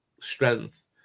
strength